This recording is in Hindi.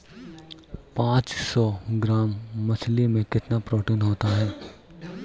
पांच सौ ग्राम मछली में कितना प्रोटीन होता है?